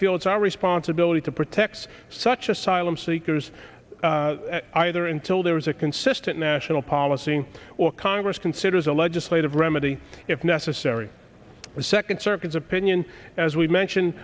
feel it's our responsibility to protect such asylum seekers either until there is a consistent national policy or congress considers a legislative remedy if necessary a second circuit's opinion as we mentioned